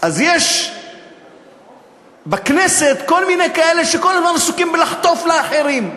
יש בכנסת כל מיני כאלה שכל הזמן עסוקים בלחטוף מאחרים.